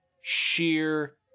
sheer